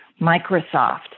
Microsoft